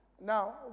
Now